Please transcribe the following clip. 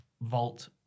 vault